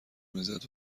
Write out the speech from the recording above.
میزد